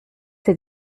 ces